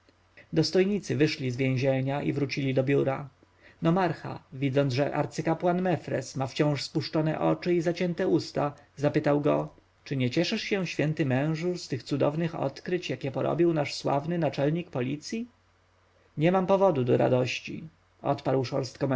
dostojnicy wyszli z więzienia i wrócili do biura nomarcha widząc że arcykapłan mefres ma wciąż spuszczone oczy i zacięte usta zapytał go czy nie cieszysz się mężu święty z tych cudownych odkryć jakie porobił nasz sławny naczelnik policji nie mam powodu do radości odparł szorstko